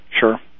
sure